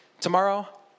tomorrow